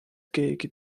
keegi